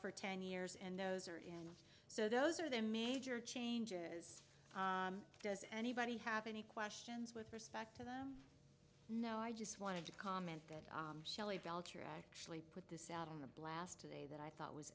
for ten years and those are in so those are the major changes does anybody have any questions with respect to them no i just wanted to comment that shelly belcher actually put this out in a blast today that i thought was